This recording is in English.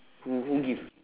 who who give